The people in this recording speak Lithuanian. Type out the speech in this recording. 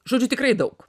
žodžiu tikrai daug